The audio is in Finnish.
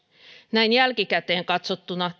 näin jälkikäteen katsottuna